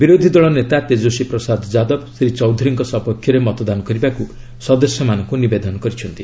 ବିରୋଧୀ ଦଳ ନେତା ତେଜସ୍ୱୀ ପ୍ରସାଦ ଯାଦବ ଶ୍ରୀ ଚୌଧୁରୀଙ୍କ ସପକ୍ଷରେ ମତଦାନ କରିବାକୁ ସଦସ୍ୟମାନଙ୍କୁ ନିବେଦନ କରିଛନ୍ତି